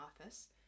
office